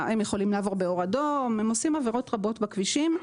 אלא הם יכולים לעבור באור אדום והם עושים עבירות רבות בכבישים.